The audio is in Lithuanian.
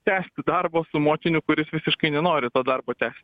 tęsti darbo su mokiniu kuris visiškai nenori to darbo tęst